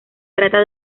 trata